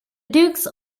dukes